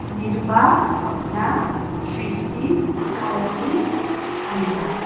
Nirupa Sapna Srishti Aarti Ambika